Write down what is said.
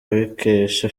abikesha